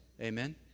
amen